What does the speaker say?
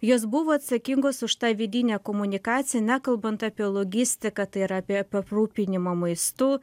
jos buvo atsakingos už tą vidinę komunikaciją nekalbant apie logistiką tai yra apie aprūpinimą maistu